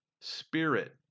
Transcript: spirit